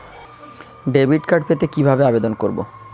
Debit card পেতে কি ভাবে আবেদন করব?